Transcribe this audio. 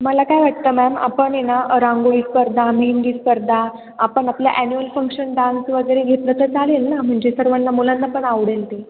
मला काय वाटतं मॅम आपण हे ना रांगोळी स्पर्धा मेहेंदी स्पर्धा आपण आपलं एन्युअल फंक्शन डान्स वगैरे घेतलं तर चालेल ना म्हणजे सर्वांना मुलांना पण आवडेल ते